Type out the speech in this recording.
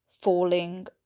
falling